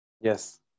Yes